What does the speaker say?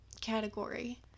category